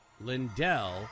Lindell